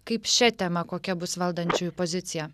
kaip šia tema kokia bus valdančiųjų pozicija